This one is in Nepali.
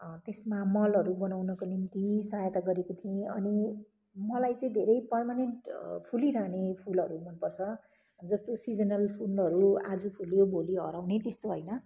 त्यसमा मलहरू बनाउनको निम्ति सहायता गरेकी थिएँ अनि मलाई चाहिँ धेरै पर्मानेन्ट फुलिरहने फुलहरू मनपर्छ जस्तो सिजनल फुलहरू आज फुल्यो भोलि हराउने त्यस्तो होइन